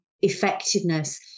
effectiveness